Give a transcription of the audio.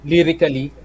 Lyrically